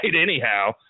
Anyhow